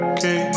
Okay